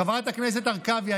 חברת הכנסת הרכבי,